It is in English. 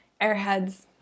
airheads